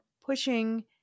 pushing